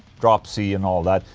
drop c and all that.